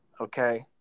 okay